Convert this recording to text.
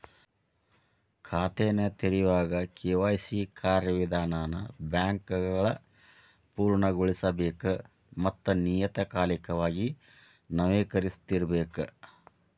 ಖಾತೆನ ತೆರೆಯೋವಾಗ ಕೆ.ವಾಯ್.ಸಿ ಕಾರ್ಯವಿಧಾನನ ಬ್ಯಾಂಕ್ಗಳ ಪೂರ್ಣಗೊಳಿಸಬೇಕ ಮತ್ತ ನಿಯತಕಾಲಿಕವಾಗಿ ನವೇಕರಿಸ್ತಿರಬೇಕ